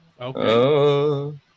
Okay